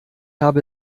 habe